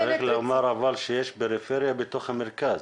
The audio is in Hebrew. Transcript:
אבל צריך לומר שיש פריפריה בתוך המרכז,